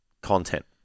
content